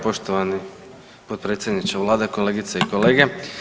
Poštovani potpredsjedniče Vlade, kolegice i kolege.